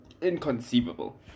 inconceivable